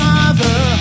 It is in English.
Father